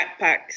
backpacks